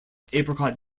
apricot